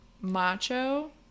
macho